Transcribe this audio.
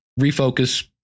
refocus